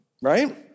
right